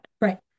right